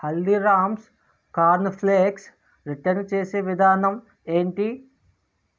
Haldiram's corn flakes return చేసే విధానం ఏంటి